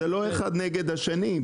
זה לא אחד נגד השני.